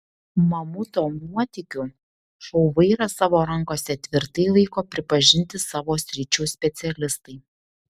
mamuto nuotykių šou vairą savo rankose tvirtai laiko pripažinti savo sričių specialistai